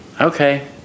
okay